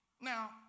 Now